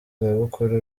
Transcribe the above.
zabukuru